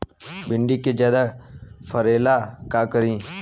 भिंडी के ज्यादा फरेला का करी?